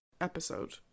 episode